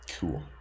Cool